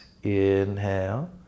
Inhale